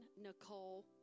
Nicole